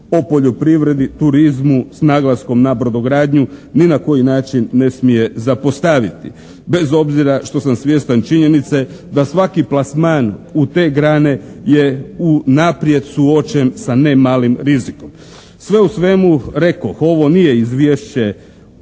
o poljoprivredi, turizmu s naglaskom na brodogradnju ni na koji način ne smije zapostaviti bez obzira što sam svjestan činjenice da svaki plasman u te grane je unaprijed suočen sa ne malim rizikom. Sve u svemu rekoh ovo nije izvješće